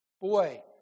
Boy